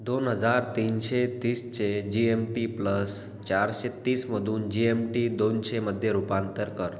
दोन हजार तीनशे तीसचे जी एम टी प्लस चारशे तीसमधून जी एम टी दोनशेमध्ये रूपांतर कर